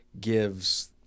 gives